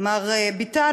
מר ביטן,